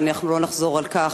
ואנחנו לא נחזור על כך,